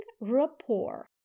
rapport